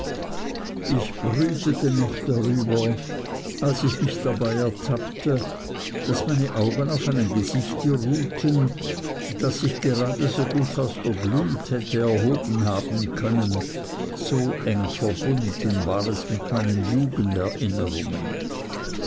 ich brütete noch darüber als ich mich dabei ertappte daß meine augen auf einem gesichte ruhten das sich gerade so gut aus der glut hätte erhoben haben können so eng verbunden war es mit meinen jugenderinnerungen